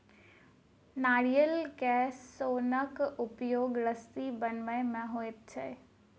नारियल के सोनक उपयोग रस्सी बनबय मे होइत छै